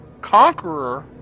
Conqueror